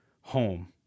home